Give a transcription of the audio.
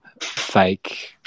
fake